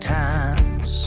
times